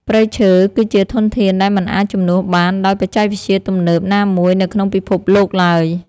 ព្រៃឈើ គឺជាធនធានដែលមិនអាចជំនួសបានដោយបច្ចេកវិទ្យាទំនើបណាមួយនៅក្នុងពិភពលោកឡើយ។